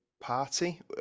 party